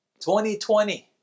2020